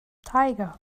tiger